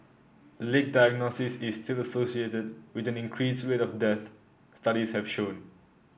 late diagnosis is still associated with an increased rate of deaths studies have shown